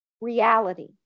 reality